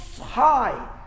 high